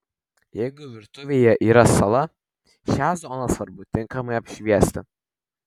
jeigu virtuvėje yra sala šią zoną svarbu tinkamai apšviesti